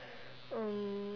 um